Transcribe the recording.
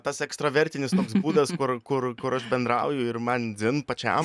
tas ekstravertinis toks būdas kur kur kur aš bendrauju ir man dzin pačiam